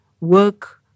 work